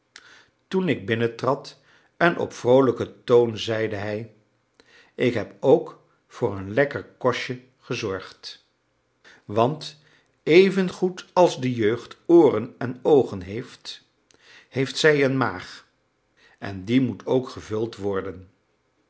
toen ik binnentrad en op vroolijken toon zeide hij ik heb ook voor een lekker kostje gezorgd want evengoed als de jeugd ooren en oogen heeft heeft zij een maag en die moet ook gevuld worden